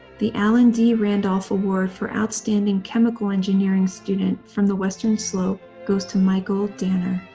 the alan d randolph award for outstanding chemical engineering student from the western slope goes to michael danner.